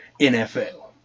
NFL